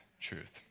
truth